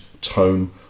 tone